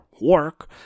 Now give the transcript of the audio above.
work